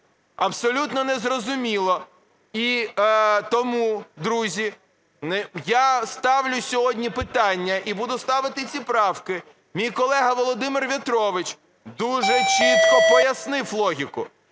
Абсолютно незрозуміло. І тому, друзі, я ставлю сьогодні питання і буду ставити ці правки. Мій колега Володимир В'ятрович дуже чітко пояснив логіку.